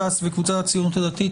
ש"ס וקבוצת הציונות הדתית.